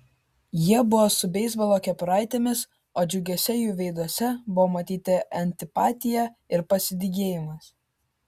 jie buvo su beisbolo kepuraitėmis o džiugiuose jų veiduose buvo matyti antipatija ir pasidygėjimas